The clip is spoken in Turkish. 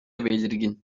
belirgin